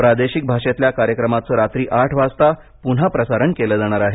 प्रादेशिक भाषेतल्या कार्यक्रमाचं रात्री आठ वाजता पुन्हा प्रसारण केलं जाणार आहे